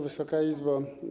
Wysoka Izbo!